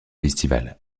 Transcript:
festivals